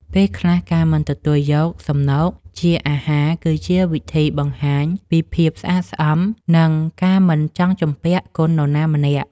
ពេលខ្លះការមិនទទួលយកសំណូកជាអាហារគឺជាវិធីបង្ហាញពីភាពស្អាតស្អំនិងការមិនចង់ជំពាក់គុណនរណាម្នាក់។